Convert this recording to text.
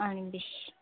ଆଣିବି